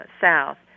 south